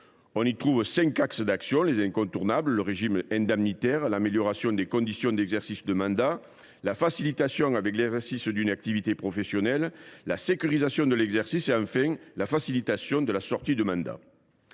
y retrouvons les cinq axes d’action incontournables : le régime indemnitaire, l’amélioration des conditions d’exercice du mandat, la facilitation de l’exercice d’une activité professionnelle, la sécurisation de l’exercice, enfin, la facilitation de la sortie du mandat.